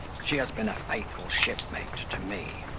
she has been a faithful shipmate to me,